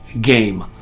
game